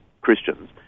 Christians